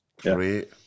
Great